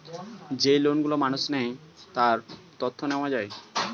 যেই লোন গুলো মানুষ নেয়, তার তথ্য নেওয়া যায়